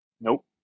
Nope